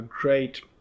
great